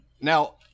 Now